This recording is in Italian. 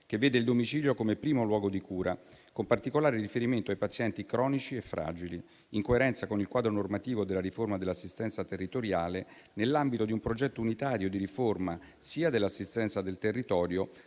che vede il domicilio come primo luogo di cura, con particolare riferimento ai pazienti cronici e fragili, in coerenza con il quadro normativo della riforma dell'assistenza territoriale, nell'ambito di un progetto unitario di riforma dell'assistenza del territorio